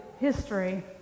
history